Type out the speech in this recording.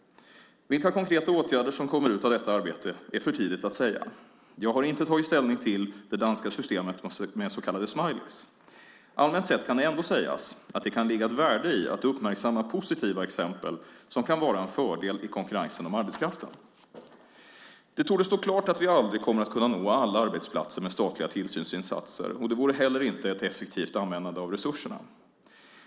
Vilka konkreta åtgärder som kommer ut av detta arbete är för tidigt att säga. Jag har inte tagit ställning till det danska systemet med så kallade smileys. Allmänt sett kan ändå sägas att det kan ligga ett värde i att uppmärksamma positiva exempel som kan vara en fördel i konkurrensen om arbetskraften. Det torde stå klart att vi aldrig kommer att kunna nå alla arbetsplatser med statliga tillsynsinsatser, och det vore inte heller ett effektivt användande av resurserna.